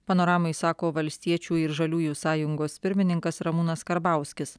panoramai sako valstiečių ir žaliųjų sąjungos pirmininkas ramūnas karbauskis